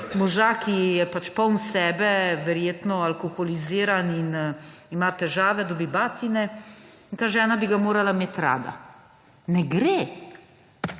moža, ki je poln sebe, verjetno alkoholiziran in ima težave, dobi batine in ta žena bi ga morala imeti rada. Ne gre,